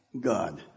God